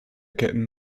kitten